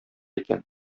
икән